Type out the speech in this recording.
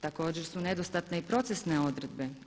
Također su nedostatne i procesne odredbe.